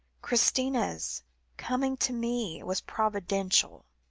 christina's coming to me was providential.